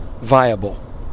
viable